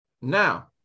now